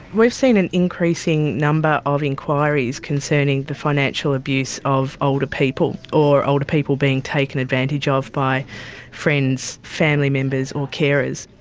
we've seen an increasing number of enquiries concerning the financial abuse of older people or older people being taken advantage ah of by friends, family members, or carers.